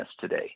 today